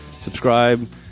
subscribe